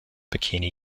bikini